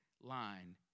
line